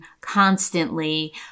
constantly